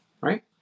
right